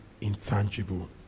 intangible